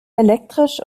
elektrisch